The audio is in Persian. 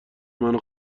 منو